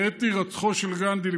בעת הירצחו של גנדי,